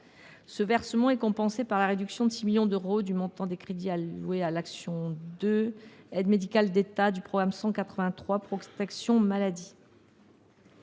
Ce versement est compensé par la réduction de 6 millions d’euros du montant des crédits alloués à l’action n° 2 du programme 183 « Protection maladie